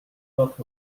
book